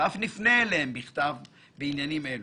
ואף נפנה אליהם בכתב בעניינים אלה,